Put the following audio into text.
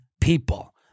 people